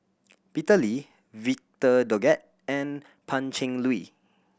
Peter Lee Victor Doggett and Pan Cheng Lui